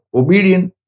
obedient